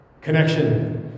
connection